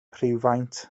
rhywfaint